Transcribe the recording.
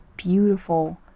beautiful